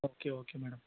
okay okay madam